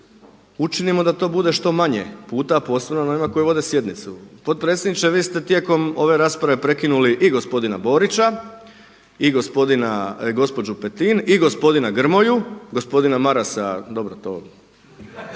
učinimo da to bude što manje puta posebno na onima koji vode sjednicu. Potpredsjedniče vi ste tijekom ove rasprave prekinuli i gospodina Borića, i gospođu Petin, i gospodina Grmoju, gospodina Marasa dobro to